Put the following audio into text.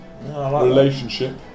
relationship